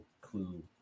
clue